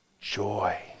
joy